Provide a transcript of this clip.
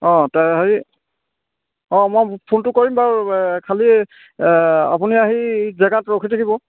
অঁ হেৰি অঁ মই ফোনটো কৰিম বাৰু খালি আপুনি আহি জেগাত ৰখি থাকিব